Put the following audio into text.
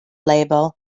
label